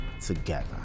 together